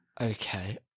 Okay